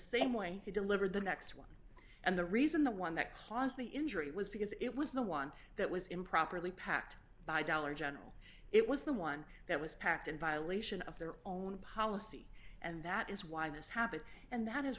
same way he delivered the next one and the reason the one that caused the injury was because it was the one that was improperly packed by dollar general it was the one that was packed in violation of their own policy and that is why this happened and that is